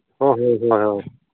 ꯍꯣꯏ ꯍꯣꯏ ꯍꯣꯏ